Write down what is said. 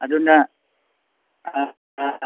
ꯑꯗꯨꯅ